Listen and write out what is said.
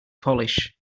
polish